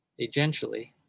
agentially